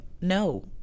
No